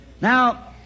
Now